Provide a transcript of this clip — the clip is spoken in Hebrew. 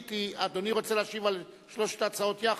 אדוני רוצה להשיב על שלוש ההצעות יחד.